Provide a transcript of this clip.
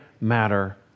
matter